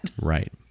Right